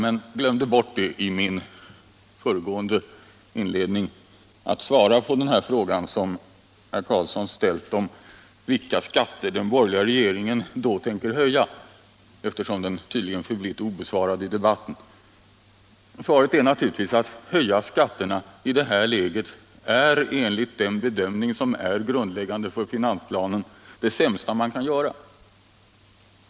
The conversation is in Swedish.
Jag hade i mitt föregående anförande tänkt - men glömde bort det — att svara på herr Carlssons fråga vilka skatter den borgerliga regeringen tänker höja. Den frågan har tydligen blivit obesvarad i debatten. Svaret är naturligtvis: Att höja skatterna i det här läget är enligt den bedömning som är grundläggande för finansplanen det sämsta man kan göra.